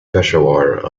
peshawar